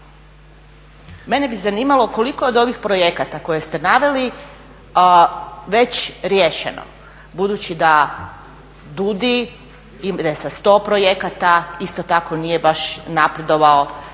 Mene bi zanimalo koliko od ovih projekta koje ste naveli već riješeno, budući da DUDI ide sa 100 projekata isto tako nije baš napredovao.